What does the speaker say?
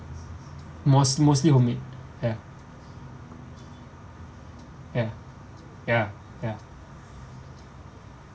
most mostly homemade ya ya ya ya